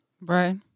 Right